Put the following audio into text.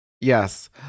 Yes